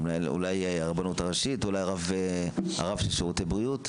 אולי הרבנות הראשית, אולי הרב של שירותי הבריאות?